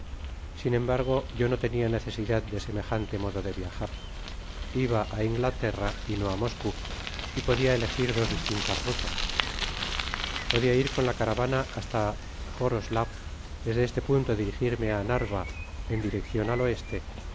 sin embargo yo no tenia necesidad de semejante mo do de viajar iba á inglaterra y no á moscou y podia elegir dos distintas rutas podia ir con la caravana hasta joroslaw desde este punto dirigirme á narva en direccion al oeste